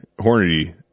Hornady